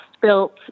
built